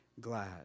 glad